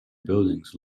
buildings